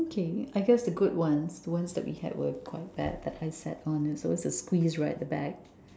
okay I guess the good ones the ones that we had were quite bad that I sat on always squeeze right at the back